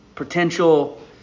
Potential